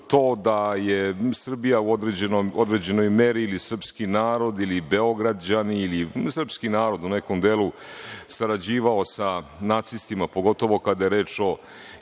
to da je Srbija u određenoj meri ili srpski narod ili Beograđani, srpski narod, u nekom delu sarađivao sa nacistima, pogotovo kada je reč o